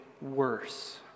worse